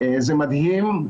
זה מדהים,